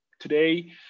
Today